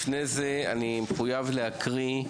לפני זה אני מחויב להקריא: